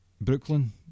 Brooklyn